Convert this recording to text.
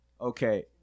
Okay